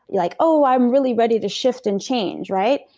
like, oh, i'm really ready to shift and change. right?